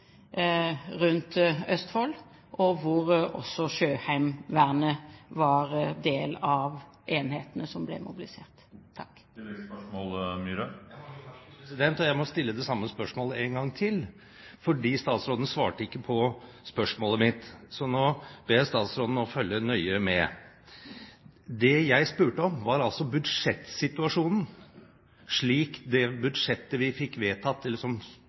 rundt Østfold, og også Sjøheimevernet var del av enhetene som ble mobilisert. Jeg må stille det samme spørsmålet en gang til, for statsråden svarte ikke på spørsmålet mitt. Så nå ber jeg statsråden følge nøye med. Det jeg spurte om, var altså budsjettsituasjonen. Det budsjettet